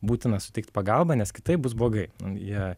būtina suteikt pagalbą nes kitaip bus blogai jie